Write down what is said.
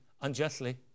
unjustly